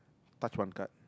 touch one card